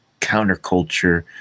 counterculture